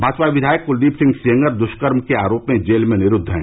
भाजपा विधायक कूलदीप सिंह सेंगर दुष्कर्म के आरोप में जेल में निरूद्व है